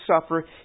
suffer